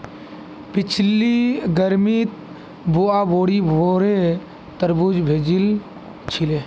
पिछली गर्मीत बुआ बोरी भोरे तरबूज भेजिल छिले